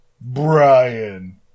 Brian